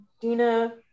Dina